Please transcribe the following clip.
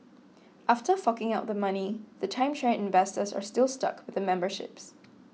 after forking out the money the timeshare investors are still stuck with the memberships